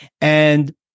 and-